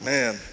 Man